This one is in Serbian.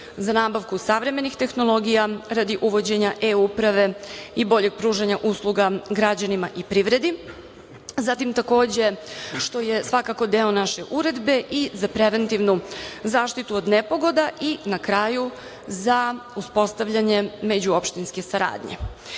za nabavku savremenih tehnologija radi uvođenja eUprave i boljeg pružanja usluga građanima i privredi. Takođe, što je svakako deo naše Uredbe, i za preventivnu zaštitu od nepogoda i na kraju za uspostavljanje međuopštinske saradnje. Budžetski